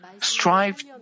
strive